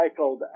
recycled